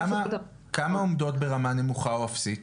כמה עומדות ברמה נמוכה, או אפסית?